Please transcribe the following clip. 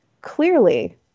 clearly –